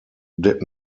did